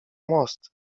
most